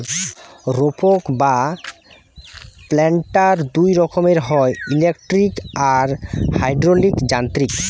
রোপক বা প্ল্যান্টার দুই রকমের হয়, ইলেকট্রিক আর হাইড্রলিক যান্ত্রিক